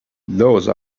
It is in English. those